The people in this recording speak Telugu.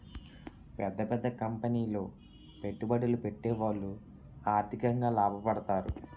పెద్ద పెద్ద కంపెనీలో పెట్టుబడులు పెట్టేవాళ్లు ఆర్థికంగా లాభపడతారు